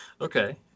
Okay